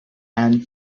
and